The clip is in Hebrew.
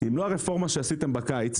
אם לא הרפורמה שעשיתם בקיץ,